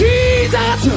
Jesus